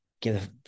give